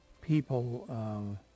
people